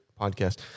podcast